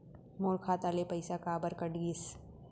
मोर खाता ले पइसा काबर कट गिस?